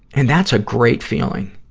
and that's a great feeling.